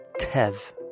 Tev